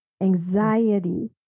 anxiety